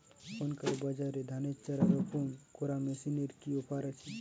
এখনকার বাজারে ধানের চারা রোপন করা মেশিনের কি অফার আছে?